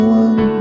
one